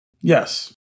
yes